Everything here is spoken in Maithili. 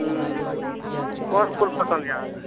हूँ कोन फूल पसन्द यऽ अहाँके